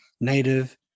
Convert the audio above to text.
native